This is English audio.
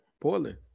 Portland